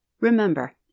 Remember